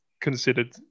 considered